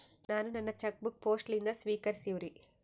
ನಾನು ನನ್ನ cheque book post ಲಿಂದ ಸ್ವೀಕರಿಸಿವ್ರಿ